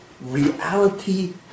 Reality